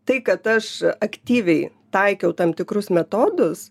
tai kad aš aktyviai taikiau tam tikrus metodus